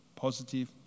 Positive